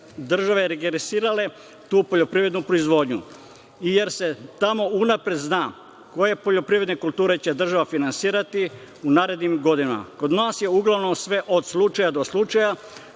države regresirale tu poljoprivrednu proizvodnju i jer se tamo unapred zna koje poljoprivredne kulture će država finansirati u narednim godinama. Kod nas je uglavnom sve od slučaja do slučaja.